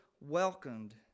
welcomed